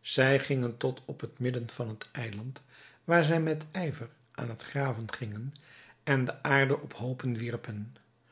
zij gingen tot op het midden van het eiland waar zij met ijver aan het graven gingen en de aarde op hoopen wierpen